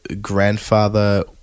grandfather